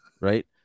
Right